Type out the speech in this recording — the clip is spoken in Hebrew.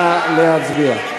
נא להצביע.